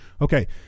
Okay